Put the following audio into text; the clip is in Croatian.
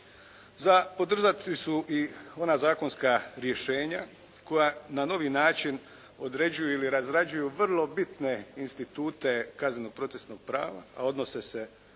Za podržati su i ona zakonska rješenja koja na novi način određuju ili razrađuju vrlo bitne institute kaznenog procesnog prava, a odnose se